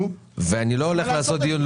ואני לא מתכוון לעשות דיון,